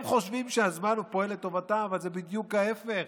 הם חושבים שהזמן פועל לטובתם, אבל זה בדיוק ההפך,